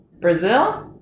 brazil